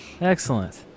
Excellent